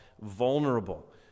vulnerable